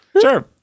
Sure